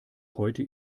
heute